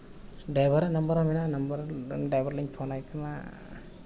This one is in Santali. ᱰᱟᱭᱵᱷᱟᱨᱟᱜ ᱱᱟᱢᱵᱟᱨ ᱦᱚᱸ ᱢᱮᱱᱟᱜᱼᱟ ᱱᱚᱢᱵᱚᱨ ᱰᱟᱭᱵᱷᱟᱨ ᱞᱤᱧ ᱯᱷᱳᱱᱟᱭ ᱠᱟᱱᱟ